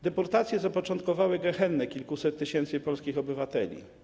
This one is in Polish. Deportacje zapoczątkowały gehennę kilkuset tysięcy polskich obywateli.